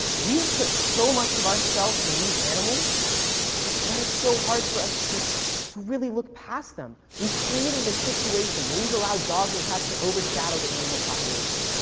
put so much of ourselves in these animals that it's so hard for us to to really look past them. we've created a situation where we've allowed dogs and cats to overshadow the animal population.